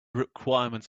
requirements